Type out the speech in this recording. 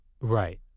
Right